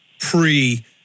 pre